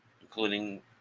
including